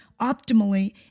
optimally